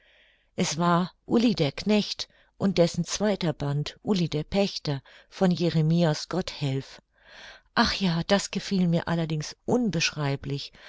es war uli der knecht und dessen zweiter band uli der pächter von jeremias gotthelf ach ja das gefiel mir allerdings unbeschreiblich